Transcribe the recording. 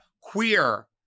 Queer